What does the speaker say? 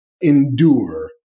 endure